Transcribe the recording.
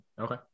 Okay